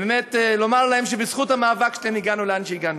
ובאמת לומר להם שבזכות המאבק שלהם הגענו לאן שהגענו.